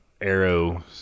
Arrow